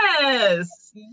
yes